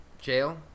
jail